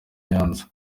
nyanza